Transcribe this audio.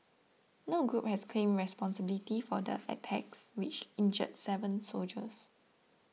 no group has claimed responsibility for the attacks which injured seven soldiers